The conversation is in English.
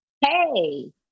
hey